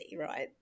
right